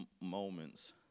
moments